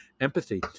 empathy